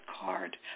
card